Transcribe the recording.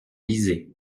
lisez